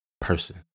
person